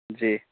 جی